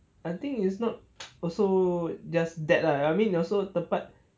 I think it's not also just that lah I mean you also tempat